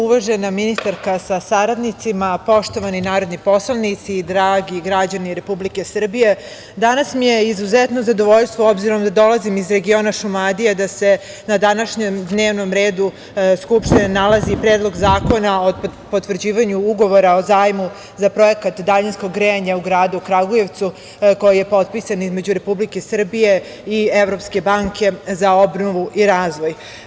Uvažena ministarka sa saradnicima, poštovani narodni poslanici, dragi građani Republike Srbije, danas mi je izuzetno zadovoljstvo obzirom da dolazim iz regiona Šumadije, da se na današnjem dnevnom redu Skupštine nalazi Predlog zakona o potvrđivanju Ugovora o zajmu za projekat daljinskog grejanja u gradu Kragujevcu, koji je potpisan između Republike Srbije i Evropske banke za obnovu i razvoj.